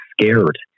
scared